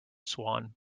swan